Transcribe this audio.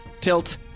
tilt